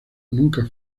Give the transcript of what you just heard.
nunca